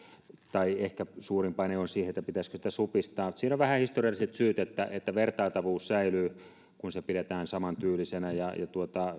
tai ehkä suurin paine on siihen pitäisikö sitä supistaa siinä on vähän historialliset syyt niin että vertailtavuus säilyy kun se pidetään samantyylisenä